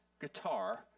guitar